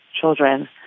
children